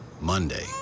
Monday